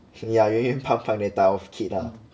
yeah 圆圆胖胖 that type of kid ah